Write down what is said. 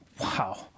wow